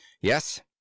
Yes